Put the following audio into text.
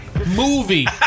Movie